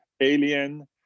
alien